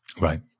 Right